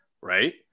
Right